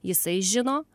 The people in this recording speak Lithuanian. jisai žino